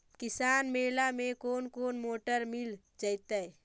किसान मेला में कोन कोन मोटर मिल जैतै?